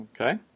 Okay